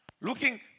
Looking